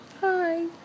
Hi